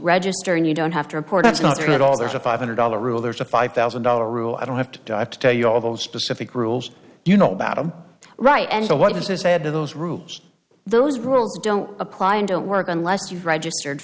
register and you don't have to report that's not true at all there's a five hundred dollar rule there's a five thousand dollar rule i don't have to have to tell you all those specific rules you know about i'm right and so what business had those rules those rules don't apply and don't work unless you've registered